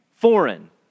foreign